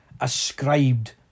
ascribed